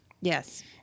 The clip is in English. yes